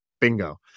bingo